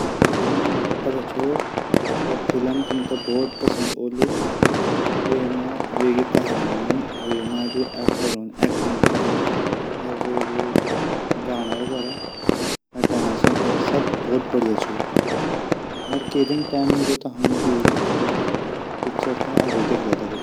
हाँ मेते पता छो वा फिल्म तुमते भोत पसंद ओली वेगि कहानी वेमा जु एक्टरो जु एक्टिंग करी अर वेगु गाणा वगेरा अर डांस वगेरा सब भोत बढ़िया छो अर के दिन टाइम मिलु ता वे पिक्चर ते आजु देखला दगडी।